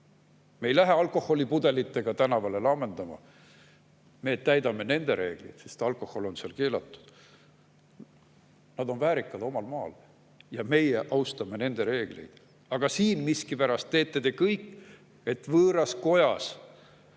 Me ei lähe alkoholipudelitega tänavale laamendama. Me täidame nende reegleid, sest alkohol on seal keelatud. Nad on väärikad omal maal ja meie austame nende reegleid, aga siin teete te miskipärast kõik, et võõras kojas